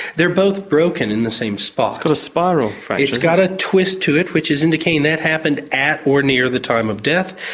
they are both broken in the same spot. it's got a spiral fracture. it's got a twist to it, which is indicating that happened at or near the time of death.